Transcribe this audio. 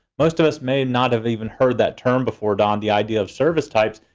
most of us may not have even heard that term before, don, the idea of service types,